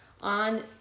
On